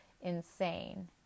insane